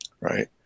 right